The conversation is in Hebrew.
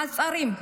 במעצרים,